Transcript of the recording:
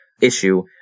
issue